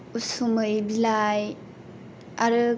उसुमै बिलाइ आरो